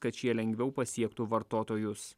kad šie lengviau pasiektų vartotojus